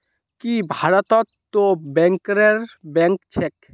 की भारतत तो बैंकरेर बैंक छेक